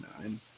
nine